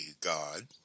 God